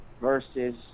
versus